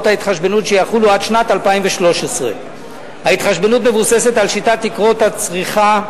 ההתחשבנות שיחולו עד שנת 2013. ההתחשבנות מבוססת על שיטת תקרות הצריכה,